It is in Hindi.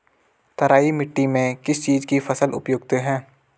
तराई मिट्टी में किस चीज़ की फसल उपयुक्त है?